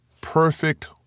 perfect